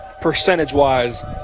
percentage-wise